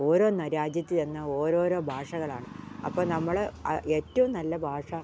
ഓരോ രാജ്യത്തിൽ ചെന്നാൽ ഓരോരോ ഭാഷകളാണ് അപ്പം നമ്മൾ ഏറ്റവും നല്ല ഭാഷ